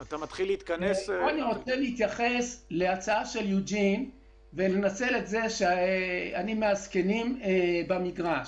אני רוצה להתייחס להצעה של יוג'ין ולנצל את זה שאני מהזקנים במגרש.